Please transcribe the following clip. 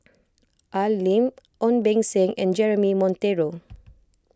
Al Lim Ong Beng Seng and Jeremy Monteiro